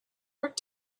work